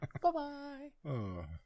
Bye-bye